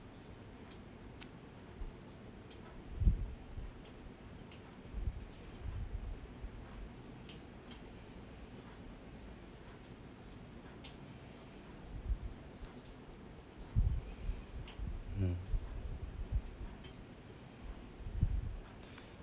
mm